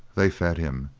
they fed him,